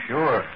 Sure